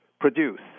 produce